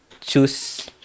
choose